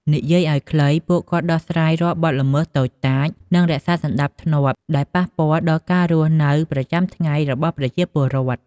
និយាយឲ្យខ្លី ពួកគាត់ដោះស្រាយរាល់បទល្មើសតូចតាចនិងរក្សាសណ្ដាប់ធ្នាប់ដែលប៉ះពាល់ដល់ការរស់នៅប្រចាំថ្ងៃរបស់ប្រជាពលរដ្ឋ។